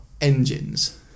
engines